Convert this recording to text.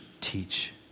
teach